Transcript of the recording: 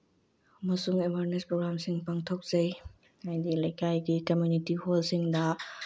ꯑꯃꯁꯨꯡ ꯑꯦꯋꯥꯔꯅꯦꯁ ꯄ꯭ꯔꯣꯒ꯭ꯔꯥꯝꯁꯤꯡ ꯄꯥꯡꯊꯣꯛꯆꯩ ꯍꯥꯏꯗꯤ ꯂꯩꯀꯥꯏꯒꯤ ꯀꯝꯃꯨꯅꯤꯇꯤ ꯍꯣꯜꯁꯤꯡꯗ